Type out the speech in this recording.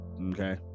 okay